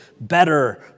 better